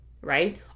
right